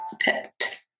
pet